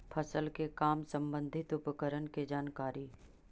फसल के काम संबंधित उपकरण के जानकारी?